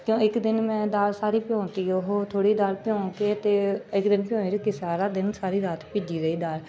ਇੱਕ ਦਿਨ ਮੈਂ ਦਾਲ ਸਾਰੀ ਭਿਓਂ ਤੀ ਉਹ ਥੋੜ੍ਹੀ ਦਾਲ ਭਿਓਂ ਕੇ ਅਤੇ ਇੱਕ ਦਿਨ ਭਿਓਂ ਰੱਖੀ ਸਾਰਾ ਦਿਨ ਸਾਰੀ ਰਾਤ ਭਿੱਜੀ ਰਹੀ ਦਾਲ